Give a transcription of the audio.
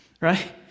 right